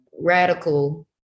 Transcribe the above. radical